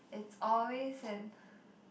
it's always an